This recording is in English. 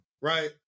right